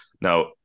Now